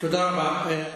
תודה רבה.